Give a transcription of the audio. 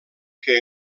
que